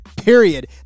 Period